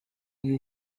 you